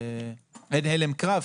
אין הלם קרב,